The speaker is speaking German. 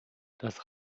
das